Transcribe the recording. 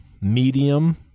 medium